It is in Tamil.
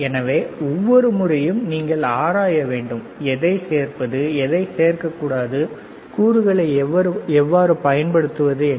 எனவே ஒவ்வொரு முறையும் நீங்கள் ஆராய வேண்டும் எதைச் சேர்ப்பது எதை சேர்க்கக்கூடாது கூறுகளை எவ்வாறு பயன்படுத்துவது என்று